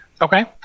Okay